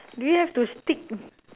do we have to stick